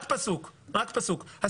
רק פסוק, ניר.